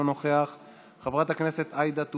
חבר הכנסת איימן עודה,